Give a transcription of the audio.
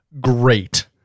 great